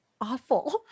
awful